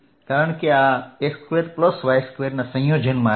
કારણ કે આ x2y2ના સંયોજનમાં આવે છે